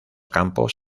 campos